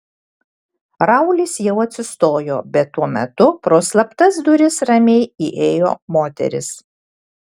raulis jau atsistojo bet tuo metu pro slaptas duris ramiai įėjo moteris